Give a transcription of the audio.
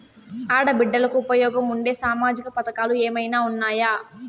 ఆడ బిడ్డలకు ఉపయోగం ఉండే సామాజిక పథకాలు ఏమైనా ఉన్నాయా?